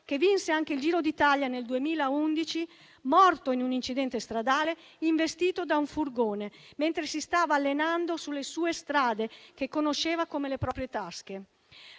che vinse anche il Giro d'Italia nel 2011 e che è morto in un incidente stradale, investito da un furgone mentre si stava allenando sulle sue strade che conosceva come le proprie tasche.